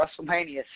Wrestlemania